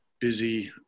busy